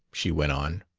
she went on.